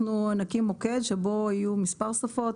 אנחנו נקים מוקד שבו יהיו מספר שפות.